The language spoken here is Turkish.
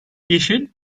yeşil